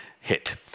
hit